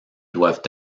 doivent